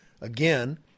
Again